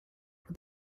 with